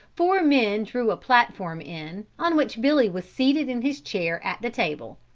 four men drew a platform in, on which billy was seated in his chair at the table.